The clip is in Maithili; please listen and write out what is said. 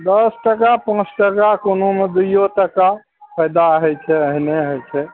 दस टाका पाँच टाका कोनोमे दुइयो टाका फायदा होइ छै एहने होइ छै